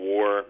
War